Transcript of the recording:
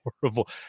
horrible